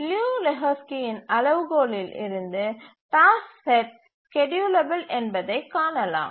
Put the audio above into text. லியு லெஹோஸ்கியின் அளவுகோலில் இருந்து டாஸ்க் செட் ஸ்கேட்யூலபில் என்பதைக் காணலாம்